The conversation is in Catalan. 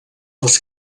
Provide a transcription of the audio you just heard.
els